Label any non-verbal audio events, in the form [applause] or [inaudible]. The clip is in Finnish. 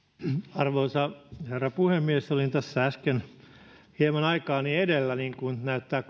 arvoisa herra puhemies olin tässä äsken hieman aikaani edellä niin kuin näyttää [unintelligible]